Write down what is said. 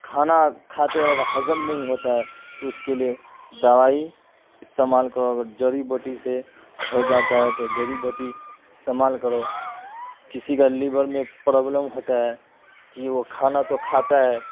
کھانا کھاتے اور ہضم نہیں ہوتا ہے تو اس کے لیے دوائی استعمال کرو اگر جڑی بوٹی سے ہو جاتا ہے تو جڑی بوٹی استعمال کرو کسی کا لیور میں پرابلم ہوتا ہے کہ وہ کھانا تو کھاتا ہے